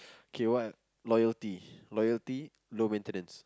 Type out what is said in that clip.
K what loyalty loyalty low maintenance